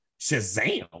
Shazam